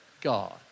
God